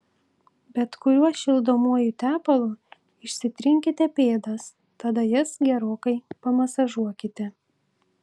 bet kuriuo šildomuoju tepalu išsitrinkite pėdas tada jas gerokai pamasažuokite